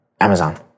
Amazon